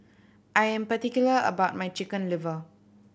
I am particular about my Chicken Liver